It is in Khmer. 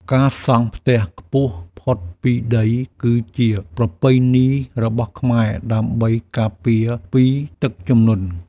ការសង់ផ្ទះខ្ពស់ផុតពីដីគឺជាប្រពៃណីរបស់ខ្មែរដើម្បីការពារពីទឹកជំនន់។